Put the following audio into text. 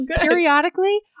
Periodically